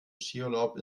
skiurlaub